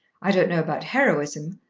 i don't know about heroism,